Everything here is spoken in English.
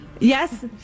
Yes